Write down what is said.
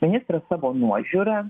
ministras savo nuožiūra